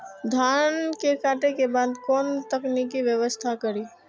धान के काटे के बाद कोन तकनीकी व्यवस्था करी?